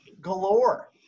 galore